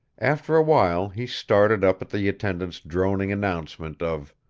after a while, he started up at the attendant's droning announcement of,